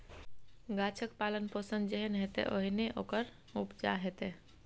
गाछक पालन पोषण जेहन हेतै ओहने ओकर उपजा हेतै